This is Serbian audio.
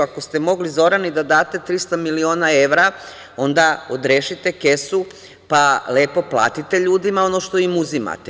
Ako ste mogli Zorani da date 300 miliona evra, onda odrešite kesu, pa lepo platite ljudima ono što im uzimate.